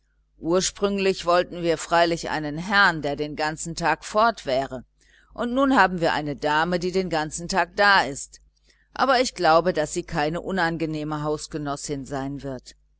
ursprünglich wollten wir freilich einen herrn der den ganzen tag fort wäre und nun haben wir eine dame die den ganzen tag da ist aber ich glaube daß sie keine unangenehme hausgenossin sein wird